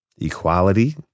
equality